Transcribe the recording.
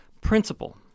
Principle